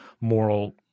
moral